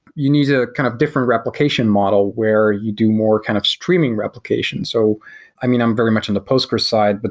you need a kind of different replication model where you do more kind of streaming replication. so i mean, i'm very much on the postgres side. but